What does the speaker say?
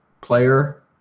player